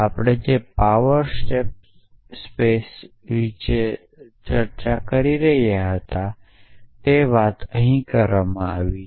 આપણે જે power state space search વિશે વાત કરી હતી તે અહીં કરવામાં આવી રહી છે